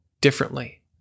differently